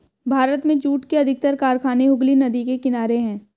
भारत में जूट के अधिकतर कारखाने हुगली नदी के किनारे हैं